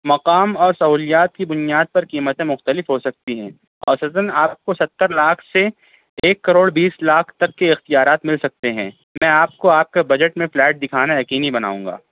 مقام اور سہولیات کی بنیاد پر قیمتیں مختلف ہو سکتی ہیں اوسطاً آپ کو ستر لاکھ سے ایک کروڑ بیس لاکھ تک کے اختیارات مل سکتے ہیں میں آپ کو آپ کے بجٹ میں فلیٹ دکھانا یقینی بناؤں گا